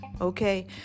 Okay